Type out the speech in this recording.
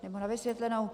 Na vysvětlenou.